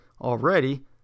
already